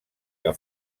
que